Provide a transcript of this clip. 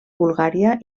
bulgària